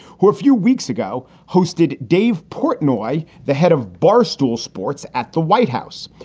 who a few weeks ago hosted dave portnoy, the head of barstool sports at the white house.